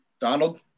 Donald